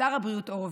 שר הבריאות הורוביץ,